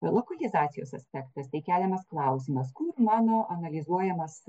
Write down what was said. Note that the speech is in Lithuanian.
lokalizacijos aspektas tai keliamas klausimas kur mano analizuojamas